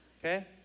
Okay